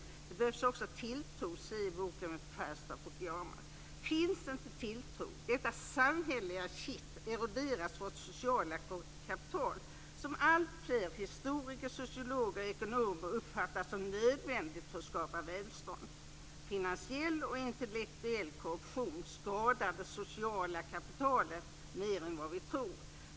Det behövs också tilltro - se boken Trust av Fukuyama. Finns inte tilltro, detta samhälleliga kitt, eroderas vårt sociala kapital, som alltfler historiker, sociologer och ekonomer uppfattar som nödvändigt för att skapa välstånd. Finansiell och intellektuell korruption skadar det sociala kapitalet mer än vad vi tror.